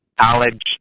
college